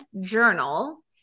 journal